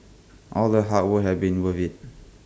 all the hard work had been worth IT